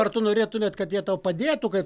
ar tu norėtumėte kad jie tau padėtų kaip